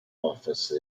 office